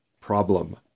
Problem